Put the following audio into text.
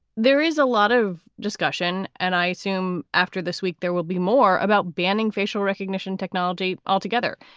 there is a lot of discussion. and i assume after this week there will be more about banning facial recognition technology altogether.